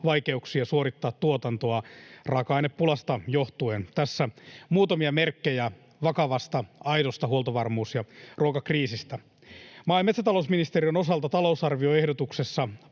vaikeuksia suorittaa tuotantoa raaka-ainepulasta johtuen. Tässä muutamia merkkejä vakavasta, aidosta huoltovarmuus- ja ruokakriisistä. Maa- ja metsätalousministeriön osalta talousarvioehdotuksessa